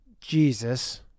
Jesus